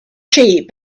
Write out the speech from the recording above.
sheep